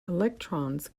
electrons